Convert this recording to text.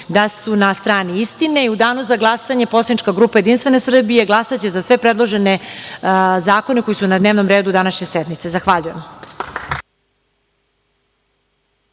da su na strani istine.U danu za glasanje poslanička grupa Jedinstvena Srbija glasaće za sve predložene zakone koji su na dnevnom redu današnje sednice. Zahvaljujem.